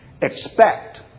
expect